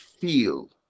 feel